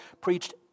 preached